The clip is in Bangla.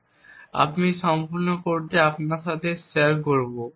তাই আমরা এই সম্পূর্ণ কোডটি আপনার সাথে শেয়ার করব